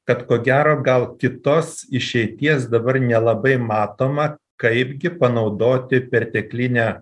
kad ko gero gal kitos išeities dabar nelabai matoma kaipgi panaudoti perteklinę